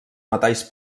metalls